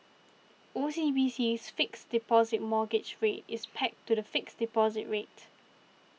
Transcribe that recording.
OCBC's Fixed Deposit Mortgage Rate is pegged to the fixed deposit rate